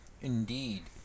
Indeed